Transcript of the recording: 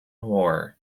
war